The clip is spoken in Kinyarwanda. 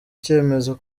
icyemezo